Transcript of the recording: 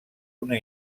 una